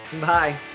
Bye